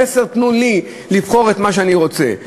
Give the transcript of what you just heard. המסר: תנו לי לבחור את מה שאני רוצה.